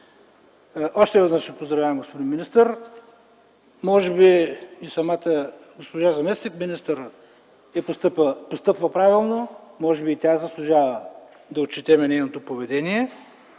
Още веднъж Ви поздравявам, господин министър. Може би и самата госпожа заместник-министър постъпва правилно, може би и тя заслужава да отчетем нейното поведение.